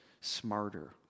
smarter